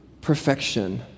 perfection